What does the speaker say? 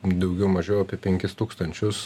daugiau mažiau apie penkis tūkstančius